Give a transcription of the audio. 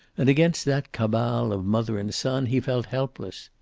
and against that cabal of mother and son he felt helpless.